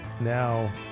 now